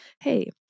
hey